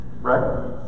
right